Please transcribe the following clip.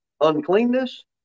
Uncleanness